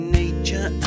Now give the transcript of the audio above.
nature